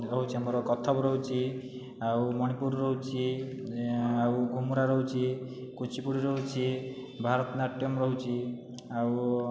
ରହୁଛି ଆମର କଥକ ରହୁଛି ଆଉ ମଣିପୁର ରହୁଛି ଆଉ ଘୁମୁରା ରହୁଛି କୁଚିପଡ଼ି ରହୁଛି ଭାରତନାଟ୍ୟମ ରହୁଛି ଆଉ